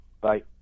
Bye